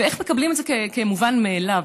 ואיך מקבלים את זה כמובן מאליו?